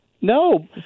no